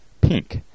pink